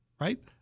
right